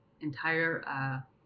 entire